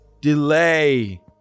delay